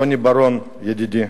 רוני בר-און ידידי.